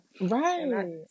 Right